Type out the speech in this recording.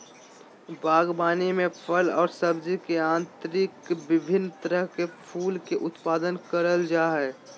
बागवानी में फल और सब्जी के अतिरिक्त विभिन्न तरह के फूल के उत्पादन करल जा हइ